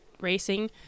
racing